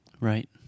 Right